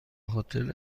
هتل